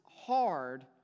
hard